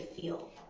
feel